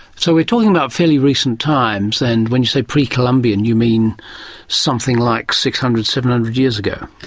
so we're talking about fairly recent times, and when you say pre-columbian' you mean something like six hundred, seven hundred years ago.